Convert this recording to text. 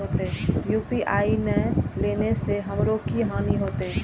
UPI ने लेने से हमरो की हानि होते?